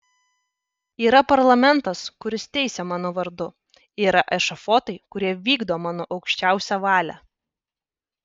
yra parlamentas kuris teisia mano vardu yra ešafotai kurie vykdo mano aukščiausią valią